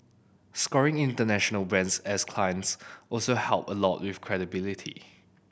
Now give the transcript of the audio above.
scoring international brands as clients also help a lot with credibility